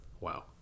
wow